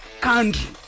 country